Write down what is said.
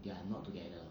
you are not together